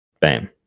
bam